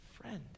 friend